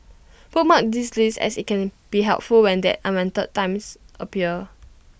bookmark this list as IT can be helpful when that unwanted times appear